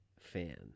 fan